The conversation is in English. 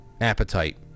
appetite